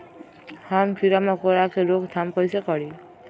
हम किरा मकोरा के रोक थाम कईसे करी?